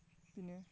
बिदिनो